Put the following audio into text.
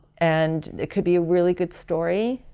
and it could be a really good story.